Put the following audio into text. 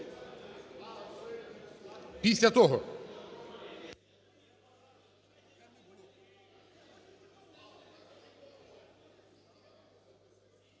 Після того.